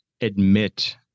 admit